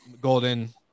Golden